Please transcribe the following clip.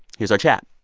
here's our chat